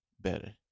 better